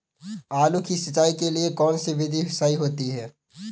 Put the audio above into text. आलू की सिंचाई के लिए कौन सी विधि सही होती है?